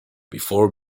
before